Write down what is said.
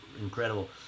incredible